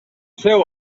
seu